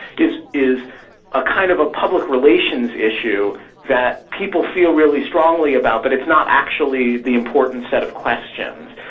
is is a kind of a public relations issue that people feel really strongly about, but it's not actually the important set of questions.